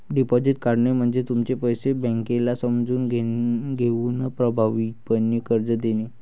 deposit काढणे म्हणजे तुमचे पैसे बँकेला समजून घेऊन प्रभावीपणे कर्ज देणे